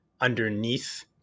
underneath